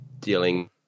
dealing